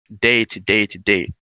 day-to-day-to-day